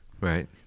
Right